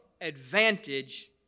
advantage